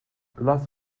lass